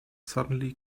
suddenly